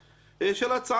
של הצעת החוק.